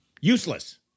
useless